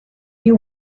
you